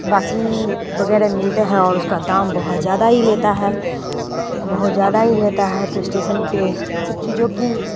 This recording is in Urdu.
باسی وغیرہ ملتے ہیں اور اس کا دام بہت زیادہ ہی لیتا ہے بہت زیادہ ہی لیتا ہے تو اسٹیسن پہ ان سب چیزوں کی